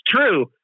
true